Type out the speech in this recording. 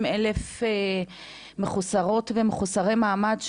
60,000 מחוסרות ומחוסרי מעמד,